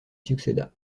succéda